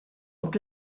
und